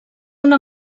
una